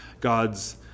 god's